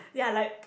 ya like